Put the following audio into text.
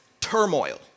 turmoil